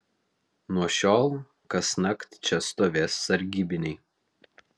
nuo šiol kasnakt čia stovės sargybiniai